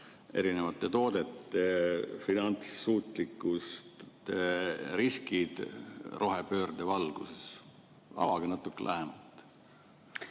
erinevate toodete finantssuutlikkuse riskid rohepöörde valguses. Avage natuke lähemalt!